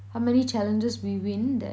how many challenges we win that